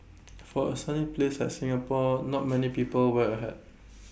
for A sunny place like Singapore not many people wear A hat